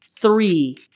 three